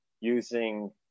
using